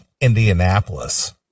indianapolis